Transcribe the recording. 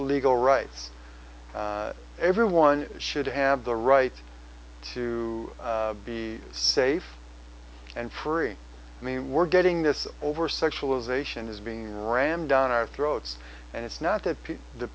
legal rights everyone should have the right to be safe and free i mean we're getting this over sexualization is being rammed down our throats and it's not that the